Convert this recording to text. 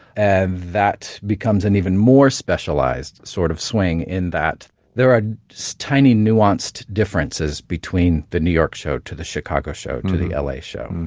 and that becomes an even more specialized sort of swing in that there are tiny nuanced differences between the new york show, to the chicago show, to the l a. show.